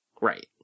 Right